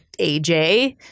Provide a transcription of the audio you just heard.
AJ